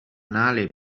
anale